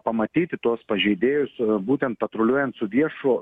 pamatyti tuos pažeidėjus būtent patruliuojant su viešu